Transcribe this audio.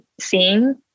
seeing